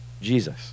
Jesus